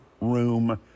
room